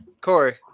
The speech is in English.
Corey